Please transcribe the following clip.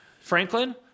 Franklin